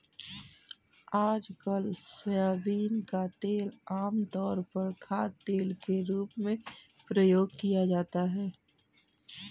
आजकल सोयाबीन का तेल आमतौर पर खाद्यतेल के रूप में प्रयोग किया जाता है